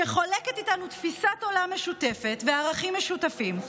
שחולקת איתנו תפיסת עולם משותפת וערכים משותפים.